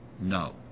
No